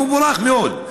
זה מבורך מאוד.